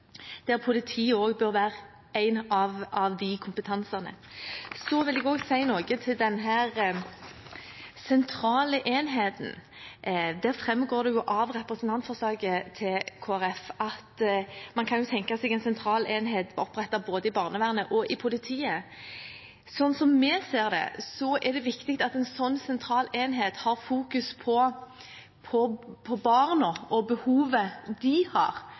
der politiet bør være blant dem som bidrar med sin kompetanse. Jeg vil også si noe om den sentrale enheten. Det framgår av representantforslaget fra Kristelig Folkeparti at man kan tenke seg en sentral enhet som er opprettet både i barnevernet og i politiet. Slik vi ser det, er det viktig at en slik sentral enhet fokuserer mer på barna og behovene de har,